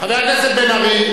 חבר הכנסת בן-ארי,